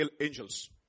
angels